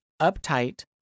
uptight